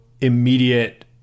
immediate